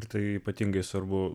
tai ypatingai svarbu